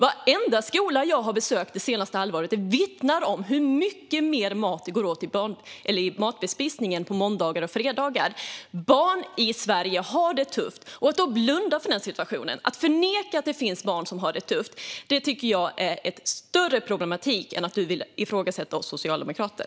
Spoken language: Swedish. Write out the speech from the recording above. Varenda skola jag har besökt det senaste halvåret vittnar om hur mycket mer mat det går åt i matbespisningen på måndagar och fredagar. Barn i Sverige har det tufft. Att blunda för den situationen, att förneka att det finns barn som har det tufft, tycker jag är ett större problem än att du vill ifrågasätta oss socialdemokrater.